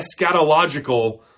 eschatological